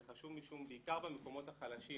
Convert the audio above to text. זה חשוב בעיקר במקומות החלשים,